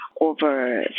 over